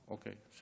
אוקיי, אז